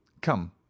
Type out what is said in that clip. come